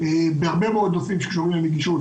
בהרבה מאוד נושאים שקשורים בנגישות,